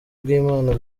bw’imana